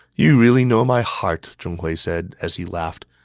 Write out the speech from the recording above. you really know my heart, zhong hui said as he laughed.